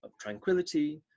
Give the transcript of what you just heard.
tranquility